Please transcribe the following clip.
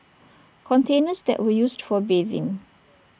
containers that were used for bathing